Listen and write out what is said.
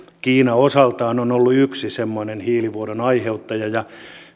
kiina osaltaan on ollut yksi semmoinen hiilivuodon aiheuttaja ja